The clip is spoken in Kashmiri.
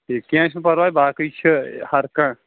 ٹھیٖک کیٚنٛہہ چھُنہٕ پرواے باقٕے چھِ ہر کانٛہہ